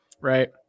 right